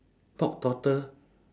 pork trotter